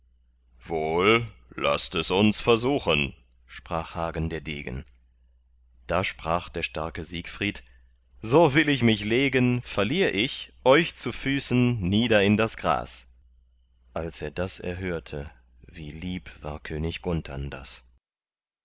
wohl laßt es uns versuchen sprach hagen der degen da sprach der starke siegfried so will ich mich legen verlier ich euch zu füßen nieder in das gras als er das erhörte wie lieb war könig